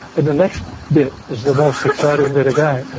and the next bit is the most exciting bit again.